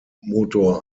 motor